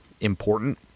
important